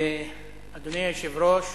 אדוני היושב-ראש,